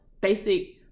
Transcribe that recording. basic